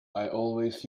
always